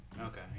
Okay